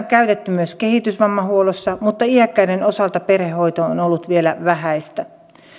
käytetty myös kehitysvammahuollossa mutta iäkkäiden osalta perhehoito on on ollut vielä vähäistä